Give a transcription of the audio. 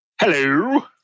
Hello